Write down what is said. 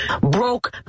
broke